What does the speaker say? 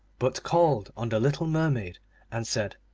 but called on the little mermaid and said,